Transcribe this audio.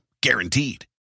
Guaranteed